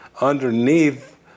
underneath